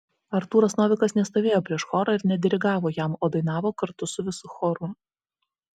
artūras novikas nestovėjo prieš chorą ir nedirigavo jam o dainavo kartu su visu choru